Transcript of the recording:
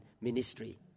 ministry